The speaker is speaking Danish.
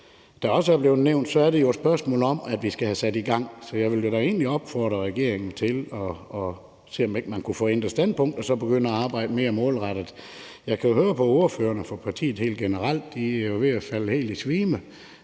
som det også er blevet nævnt, et spørgsmål om, at vi skal have det sat i gang, så jeg vil da egentlig opfordre regeringen til at se, om ikke man kunne få ændret standpunkt og begynde at arbejde mere målrettet. Jeg kan jo høre på ordføreren og fra partiet helt generelt, at de er ved at falde helt i svime